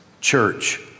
church